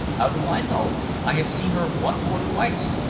how do i know? i have seen her once or twice.